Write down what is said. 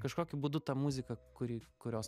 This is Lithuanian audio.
kažkokiu būdu ta muzika kuri kurios